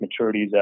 maturities